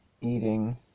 eating